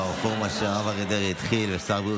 שאנחנו נוכל להתמודד איתו ביחד.